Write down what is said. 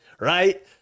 right